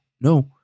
no